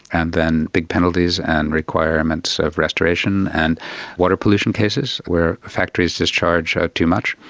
and then big penalties and requirements of restoration, and water pollution cases where factories discharge ah too much,